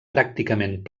pràcticament